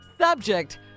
Subject